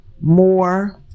more